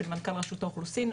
של מנכ"ל רשות האוכלוסין.